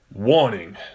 Warning